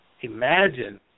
imagine